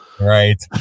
Right